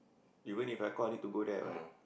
even If I call you to go there what